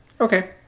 Okay